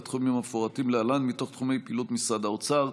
לתחומים המפורטים להלן מתוך תחומי פעילות משרד האוצר: